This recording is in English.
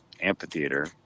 amphitheater